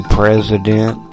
president